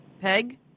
Peg